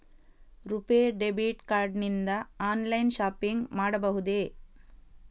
RuPay debit card ನಿಂದ online shopping ಮಾಡಬಹುದೇ?